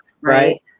Right